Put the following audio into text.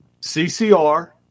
CCR